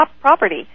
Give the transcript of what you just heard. property